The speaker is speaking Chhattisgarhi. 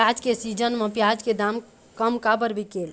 प्याज के सीजन म प्याज के दाम कम काबर बिकेल?